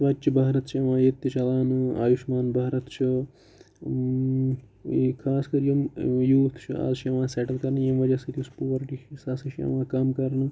سُوَچ بھارَت چھُ یِوان ییٚتہِ تہِ چَلان آیوٗشمان بھارَت چھُ خاص کَر یِم یوٗتھ چھُ آز چھُ یِوان سٮ۪ٹٕل کَرنہٕ ییٚمہِ وَجہ سۭتۍ یُس پُوَرٹی چھِ سۄ ہَسا چھِ یِوان کَم کَرنہٕ